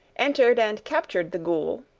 entered and captured the ghoul,